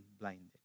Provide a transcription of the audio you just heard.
blinded